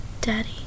Daddy